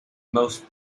most